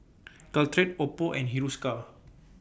Caltrate Oppo and Hiruscar